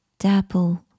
dapple